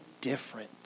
different